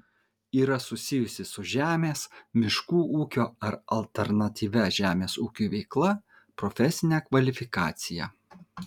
yra susijusi su žemės miškų ūkio ar alternatyvia žemės ūkiui veikla profesinę kvalifikaciją